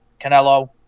Canelo